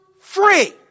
free